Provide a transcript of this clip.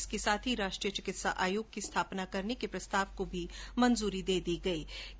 इसके साथ ही राष्ट्रीय चिकित्सा आयोग की स्थापना करने के प्रस्ताव को भी मंजूरी दे दी गई है